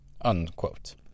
unquote